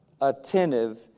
attentive